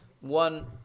one